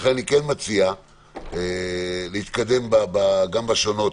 לכן אני כן מציע להתקדם גם בשונות,